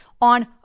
on